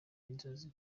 inzozi